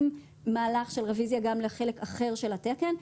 מהלך של רוויזיה גם לחלק אחר של התקן.